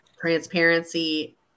transparency